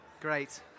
Great